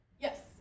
Yes